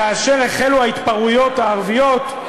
כאשר החלו ההתפרעויות הערביות,